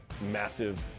massive